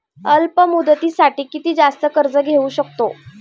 अल्प मुदतीसाठी किती जास्त कर्ज घेऊ शकतो?